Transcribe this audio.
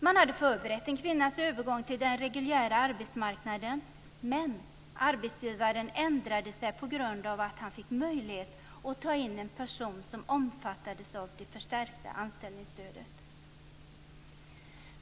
Man hade förberett en kvinnas övergång till den reguljära arbetsmarknaden, men arbetsgivaren ändrade sig på grund av att han fick möjlighet att ta in en person som omfattades av det förstärkta anställningsstödet.